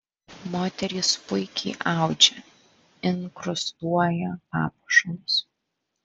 moterys puikiai audžia inkrustuoja papuošalus